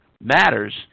matters